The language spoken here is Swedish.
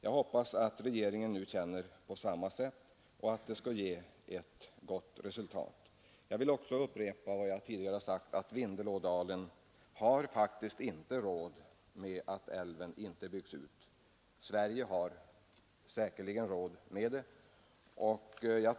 Jag hoppas att regeringen nu känner på samma sätt och att det skall ge resultat. Jag vill upprepa vad jag också tidigare har sagt: Vindelådalen har faktiskt inte råd att avstå från att älven byggs ut. Sverige har säkerligen råd med det men bör då också ta sitt ansvar.